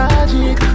Magic